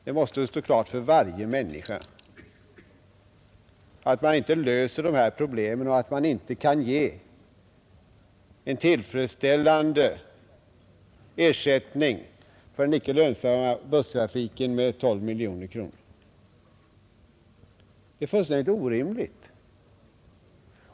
Det måste stå klart för alla att man inte löser de här problemen och inte kan skapa en tillfredsställande ersättning för den icke lönsamma busstrafiken med 12 miljoner kronor. Det är fullständigt orimligt.